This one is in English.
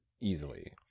easily